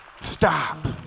stop